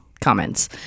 comments